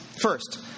First